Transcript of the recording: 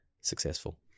successful